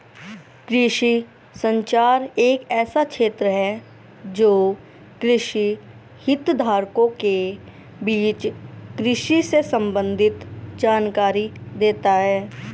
कृषि संचार एक ऐसा क्षेत्र है जो कृषि हितधारकों के बीच कृषि से संबंधित जानकारी देता है